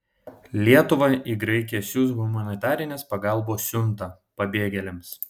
lietuva į graikiją siųs humanitarinės pagalbos siuntą pabėgėliams